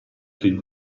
film